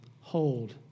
hold